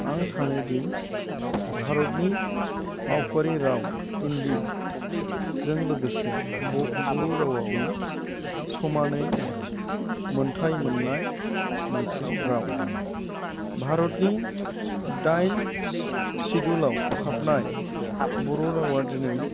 आं सानोदि भारतनि मावख'वारि राव हिन्दीजों लोगोसे बर' रावाबो समानै मोन्थाइ मोननाय मोनसे राव भारतनि दाइन सेडुइलाव हाबनाय बर' रावा दिनै